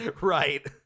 Right